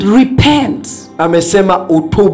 repent